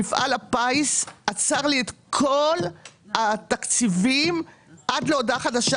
מפעל הפיס עצר לי את כל התקציבים עד להודעה חדשה,